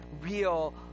real